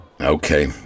Okay